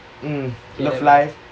mm love life